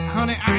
Honey